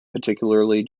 particularly